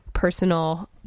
personal